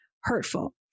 hurtful